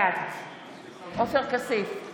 בעד עופר כסיף,